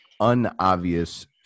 unobvious